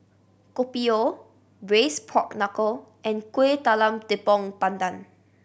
Kopi O Braised Pork Knuckle and Kuih Talam Tepong Pandan